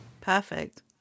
Perfect